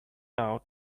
now